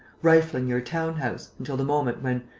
rifling your town-house, until the moment when,